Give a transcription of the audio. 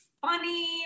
funny